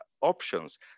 options